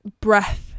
breath